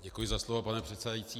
Děkuji za slovo, pane předsedající.